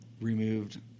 removed